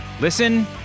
Listen